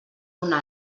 una